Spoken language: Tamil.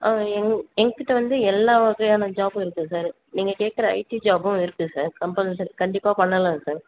ஆ எங் எங்கிட்ட வந்து எல்லா வகையான ஜாபும் இருக்குது சார் நீங்கள் கேட்குற ஐடி ஜாபும் இருக்குது சார் கம்பல்சரி கண்டிப்பாக பண்ணலாம் சார்